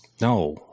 No